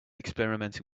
experimenting